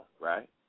right